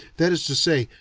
that is to say,